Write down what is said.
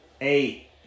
Eight